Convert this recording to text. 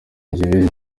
jyewe